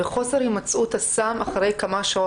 חוסר הימצאות הסם אחרי כמה שעות.